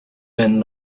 man